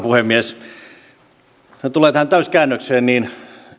puhemies mitä tulee tähän täyskäännökseen niin